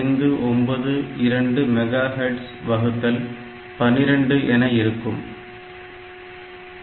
0592 megahertz வகுத்தல் 12 என இருக்கும் 11